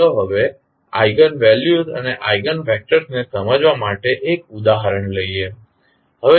ચાલો eigen values અને eigen vectors ને સમજવા માટે એક ઉદાહરણ લઈએ